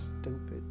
stupid